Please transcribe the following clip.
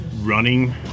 running